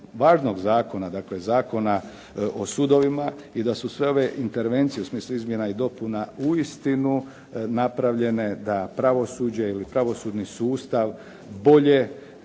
važnog zakona, dakle Zakona o sudovima i da su sve ove intervencije u smislu izmjena i dopuna uistinu napravljene da pravosuđe ili pravosudni sustav bolje,